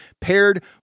paired